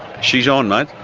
she's on mate,